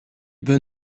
bon